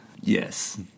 Yes